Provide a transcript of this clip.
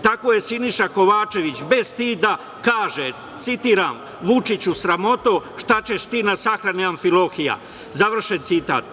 Tako je Siniša Kovačević bez stida, kaže, citiram – Vučiću, sramoto, šta ćeš ti na sahrani Amfilohija, završen citat.